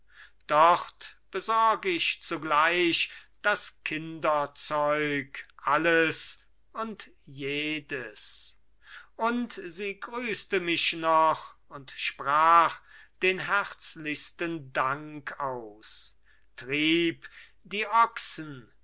dort besorg ich sogleich das kinderzeug alles und jedes und sie grüßte mich noch und sprach den herzlichsten dank aus trieb die ochsen